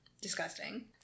Disgusting